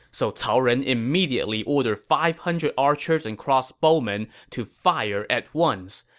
so cao ren immediately ordered five hundred archers and crossbowmen to fire at once.